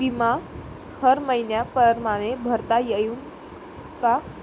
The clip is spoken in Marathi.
बिमा हर मइन्या परमाने भरता येऊन का?